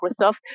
Microsoft